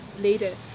later